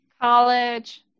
college